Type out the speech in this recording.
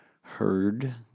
heard